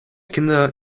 kinder